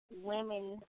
women